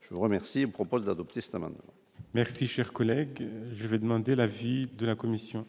je vous remercie, propose d'adopter cet amendement. Merci, cher collègue, je vais demander l'avis de la commission.